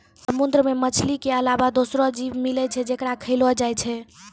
समुंदर मे मछली के अलावा दोसरो जीव मिलै छै जेकरा खयलो जाय छै